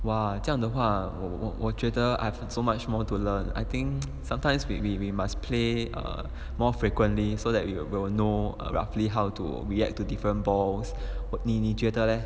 !wah! 这样的话我我我觉得 I've had so much more to learn I think sometimes maybe we must play err more frequently so that you will know roughly how to react to different balls what 你你觉得 leh